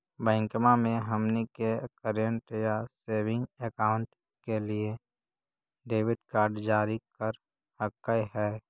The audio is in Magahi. बैंकवा मे हमनी के करेंट या सेविंग अकाउंट के लिए डेबिट कार्ड जारी कर हकै है?